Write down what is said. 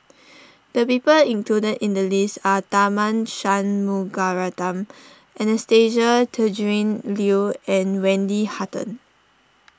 the people included in the list are Tharman Shanmugaratnam Anastasia Tjendri Liew and Wendy Hutton